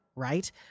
right